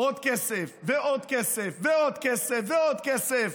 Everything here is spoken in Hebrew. עוד כסף ועוד כסף ועוד כסף ועוד כסף.